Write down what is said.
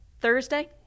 Thursday